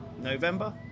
november